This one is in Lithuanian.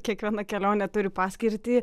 kiekviena kelionė turi paskirtį